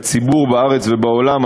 הציבור בארץ ובעולם,